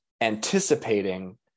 anticipating